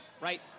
right